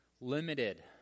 limited